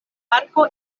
parko